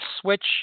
switch